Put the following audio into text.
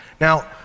Now